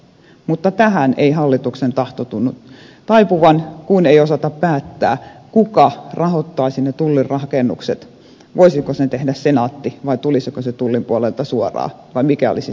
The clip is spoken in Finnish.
mutta tähän ei hallituksen tahto tunnu taipuvan kun ei osata päättää kuka rahoittaisi ne tullirakennukset voisiko sen tehdä senaatti kiinteistöt vai tulisiko se tullin puolelta suoraan vai mikä olisi se keino